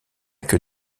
que